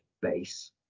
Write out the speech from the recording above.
base